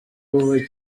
ubu